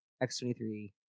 X-23